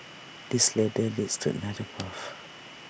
this ladder leads to another path